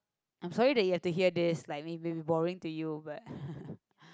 I'm sorry that you have to hear this like may be be boring to you but